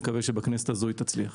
נקווה שבכנסת הזו היא תצליח.